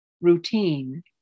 routine